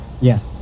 Yes